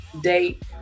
date